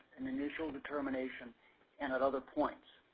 and initial determination and at other points.